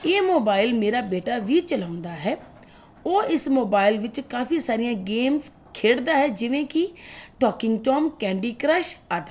ਇਹ ਮੋਬਾਈਲ ਮੇਰਾ ਬੇਟਾ ਵੀ ਚਲਾਉਂਦਾ ਹੈ ਉਹ ਇਸ ਮੋਬਾਈਲ ਵਿੱਚ ਕਾਫੀ ਸਾਰੀਆਂ ਗੇਮਸ ਖੇਡਦਾ ਹੈ ਜਿਵੇਂ ਕਿ ਟੋਕਿੰਗ ਟੋਮ ਕੈਂਡੀ ਕਰੱਸ਼ ਆਦਿ